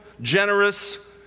generous